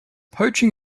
poaching